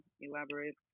elaborate